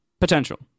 potential